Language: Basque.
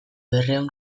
berrehun